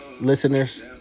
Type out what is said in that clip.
listeners